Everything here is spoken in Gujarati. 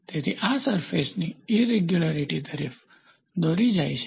તેથી આ સરફેસની ઈરેગ્યુલારીટીઝ તરફ દોરી જાય છે